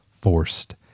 forced